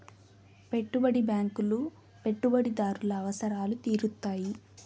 పెట్టుబడి బ్యాంకులు పెట్టుబడిదారుల అవసరాలు తీరుత్తాయి